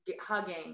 hugging